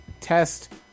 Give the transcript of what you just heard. test